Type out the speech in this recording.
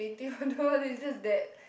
painting on the wall it's just that